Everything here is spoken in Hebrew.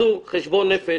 תעשו חשבון נפש,